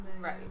Right